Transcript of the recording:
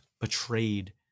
betrayed